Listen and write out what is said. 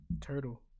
Turtle